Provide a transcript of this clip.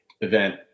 event